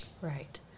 Right